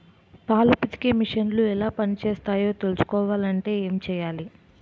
పాలు పితికే మిసన్లు ఎలా పనిచేస్తాయో తెలుసుకోవాలంటే ఏం చెయ్యాలి?